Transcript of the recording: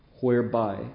whereby